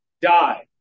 die